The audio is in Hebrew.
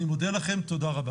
אני מודה לכם, תודה רבה.